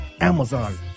Amazon